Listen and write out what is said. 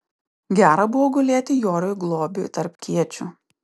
gera buvo gulėti joriui globiui tarp kiečių